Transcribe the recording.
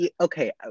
okay